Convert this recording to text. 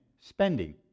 spending